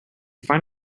find